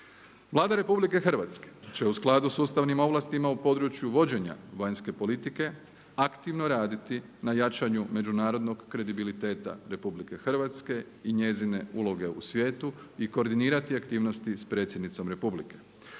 Vlada RH će u skladu s ustavnim ovlastima u području vođenja vanjske politike aktivno raditi na jačanju međunarodnog kredibiliteta RH i njezine uloge u svijetu i koordinirati aktivnosti s predsjednicom Republike.